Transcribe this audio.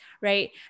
right